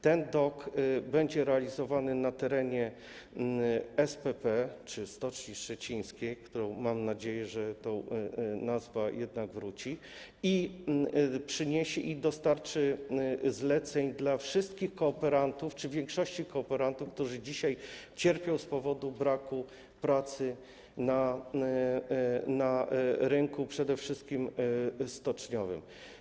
Ten dok będzie realizowany na terenie SPP czy Stoczni Szczecińskiej - mam nadzieję, że nazwa jednak wróci - co dostarczy zleceń dla wszystkich kooperantów czy większości kooperantów, którzy dzisiaj cierpią z powodu braku pracy na rynku, przede wszystkim stoczniowym.